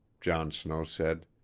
john snow said,